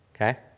Okay